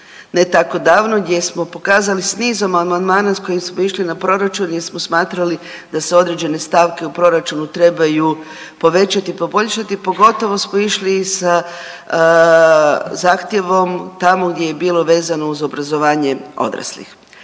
ne tako davno gdje smo pokazali s nizom amandmana s kojim smo išli na proračun jer smo smatrali da se određene stavke u proračunu trebaju povećati, poboljšati, pogotovo smo išli sa zahtjevom tamo gdje je bilo vezano uz obrazovanje odraslih.